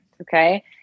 Okay